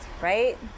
Right